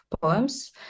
poems